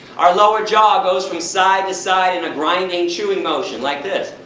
our lower jaw goes from side to side in a grinding chewing motion, like this.